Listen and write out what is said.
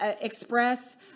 express